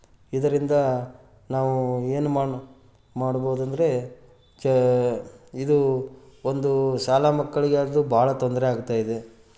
ಇದರಿಂದ ನಾವು ಏನು ಮಾಡಿ ಮಾಡ್ಬೋದೆಂದ್ರೆ ಜ ಇದು ಒಂದು ಶಾಲಾ ಮಕ್ಕಳಿಗೆ ಅದು ಬಹಳ ತೊಂದರೆ ಆಗ್ತಾಯಿದೆ